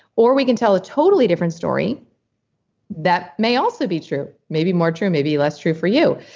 or we can tell a totally different story that may also be true, maybe more true, maybe less true for you,